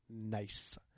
Nice